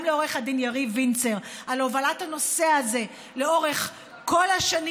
לעורך הדין יריב וינצר על הובלת הנושא הזה לאורך כל השנים